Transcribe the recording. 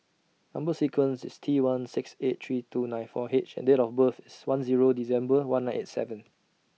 Number sequence IS T one six eight three two nine four H and Date of birth IS one Zero December one nine eight seven